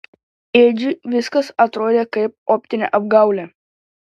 edžiui viskas atrodė kaip optinė apgaulė